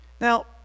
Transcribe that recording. Now